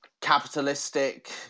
capitalistic